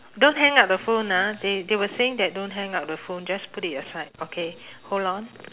don't hang up the phone ah they they were saying that don't hang up the phone just put it aside okay hold on